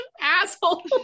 asshole